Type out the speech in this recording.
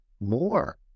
more